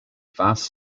vast